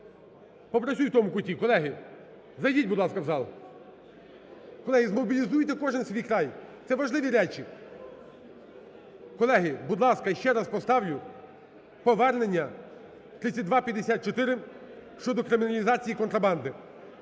Попрацюй в тому куті. Колеги, зайдіть, будь ласка, в зал! Колеги, змобілізуйте кожен свій край. Це важливі речі. Колеги, будь ласка, ще раз поставлю повернення 3254 щодо криміналізації контрабанди.